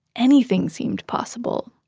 anything seemed possible.